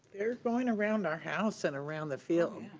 they're going around our house and around the field.